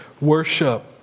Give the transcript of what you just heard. worship